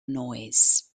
noise